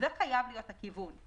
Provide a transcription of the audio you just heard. זה חייב להיות הכיוון,